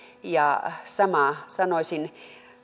ja samaa sanoisin